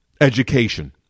education